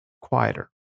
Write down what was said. quieter